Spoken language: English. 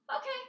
Okay